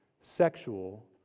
sexual